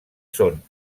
són